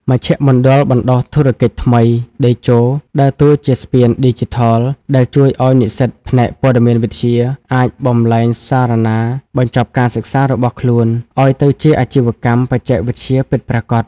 មជ្ឈមណ្ឌលបណ្ដុះធុរកិច្ចថ្មី "តេជោ" ដើរតួជាស្ពានឌីជីថលដែលជួយឱ្យនិស្សិតផ្នែកព័ត៌មានវិទ្យា អាចបំប្លែងសារណាបញ្ចប់ការសិក្សារបស់ខ្លួន ឱ្យទៅជាអាជីវកម្មបច្ចេកវិទ្យា ពិតប្រាកដ។